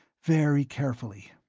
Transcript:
very carefully.